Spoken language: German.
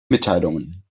mitteilungen